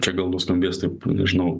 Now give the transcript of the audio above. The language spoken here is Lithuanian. čia gal nuskambės taip nežinau